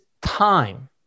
time